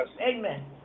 Amen